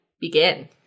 Begin